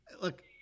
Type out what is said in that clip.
look